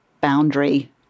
boundary